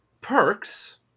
perks